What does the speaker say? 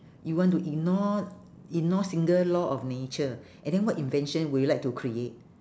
you want to ignore ignore single law of nature and then what invention would you like to create